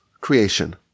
creation